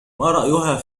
رأيها